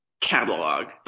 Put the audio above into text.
catalog